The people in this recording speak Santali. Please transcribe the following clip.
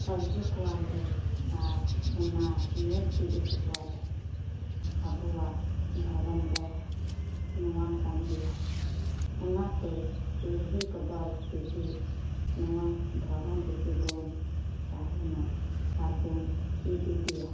ᱟᱹᱜᱩ ᱠᱚᱣᱟᱞᱮ ᱟᱨ ᱚᱱᱟ ᱧᱮᱞ ᱪᱮᱫ ᱦᱚᱪᱚ ᱠᱚᱣᱟᱞᱮ ᱟᱵᱚᱣᱟᱜ ᱫᱷᱚᱨᱚᱢ ᱫᱚ ᱱᱚᱣᱟ ᱠᱟᱱ ᱜᱮᱭᱟ ᱚᱱᱟᱛᱮ ᱯᱤᱲᱦᱤ ᱵᱚᱫᱚᱞ ᱯᱤᱲᱦᱤ ᱱᱚᱣᱟ ᱫᱷᱚᱨᱚᱢ ᱨᱮᱜᱮ ᱵᱚᱱ ᱛᱟᱦᱮᱱᱟ ᱟᱨᱵᱚᱱ ᱪᱮᱫ ᱤᱫᱤᱭᱟ